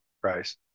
price